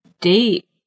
date